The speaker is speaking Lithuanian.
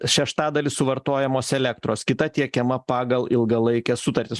šeštadalis suvartojamos elektros kita tiekiama pagal ilgalaikes sutartis